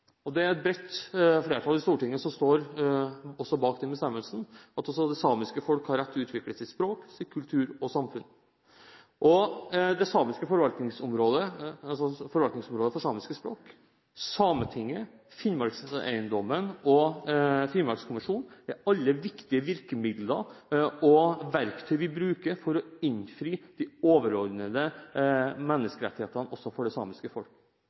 og det er et bredt flertall i Stortinget som står bak den bestemmelsen, at også det samiske folk har rett til å utvikle sitt språk, sin kultur og sitt samfunn. Forvaltningsområdet for samiske språk, Sametinget, Finnmarkseiendommen og Finnmarkskommisjonen er alle viktige virkemidler og verktøy vi bruker for å innfri de overordnede menneskerettighetene også for det samiske folket. Fremskrittspartiet sier i sitt forslag at de er opptatt av det samiske folk